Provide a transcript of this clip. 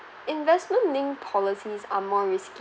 investment-linked policies are more risk~